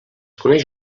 coneix